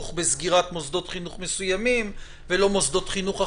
בסגירת מוסדות חינוך מסוימים ולא מוסדות חינוך אחרים.